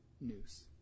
news